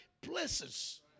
places